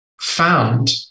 found